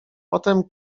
potem